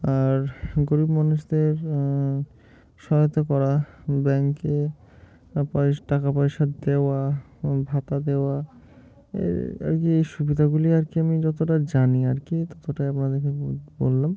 আর গরিব মানুষদের সহায়তা করা ব্যাংকে পয়স টাকা পয়সা দেওয়া ভাতা দেওয়া এর আর কি এই সুবিধাগুলি আর কি আমি যতটা জানি আর কি ততটাই আপনাদেরকে বললাম